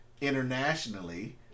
internationally